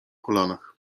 kolanach